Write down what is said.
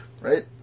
right